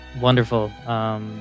wonderful